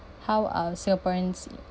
how are singaporeans